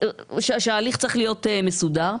ההליך צריך להיות מסודר,